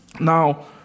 Now